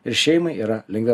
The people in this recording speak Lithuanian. ir šeimai yra lengviau